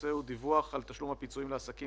הנושא הוא דיווח על תשלום הפיצויים לעסקים